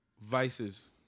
vices